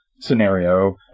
scenario